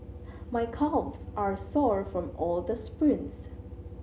my calves are sore from all the sprints